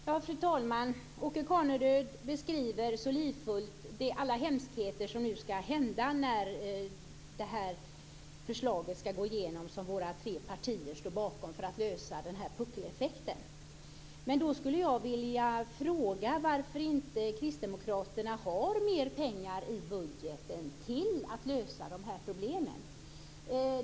Fru talman! Åke Carnerö beskriver så livfullt alla hemskheter som skall hända när det förslag för att lösa puckeleffekten som våra tre partier står bakom skall gå igenom. Men då skulle jag vilja fråga varför inte Kristdemokraterna har mer pengar i budgeten till att lösa de här problemen.